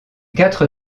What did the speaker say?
quatre